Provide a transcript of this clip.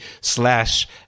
slash